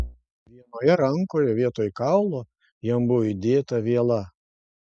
vienoje rankoje vietoj kaulo jam buvo įdėta viela